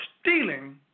Stealing